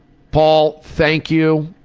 paul, thank you.